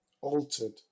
altered